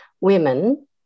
women